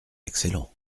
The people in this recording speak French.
excellent